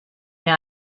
mir